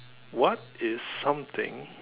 what is something